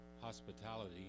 hospitality